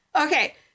Okay